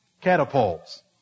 Catapults